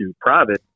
private